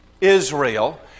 Israel